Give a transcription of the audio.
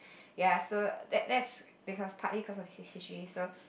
ya so that that's because partly cause of his history so